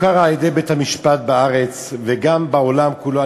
הוכרו על-ידי בית-המשפט בארץ וגם בעולם כולו.